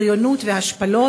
בריונות והשפלות.